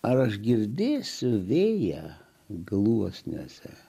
ar aš girdėsiu vėją gluosniuose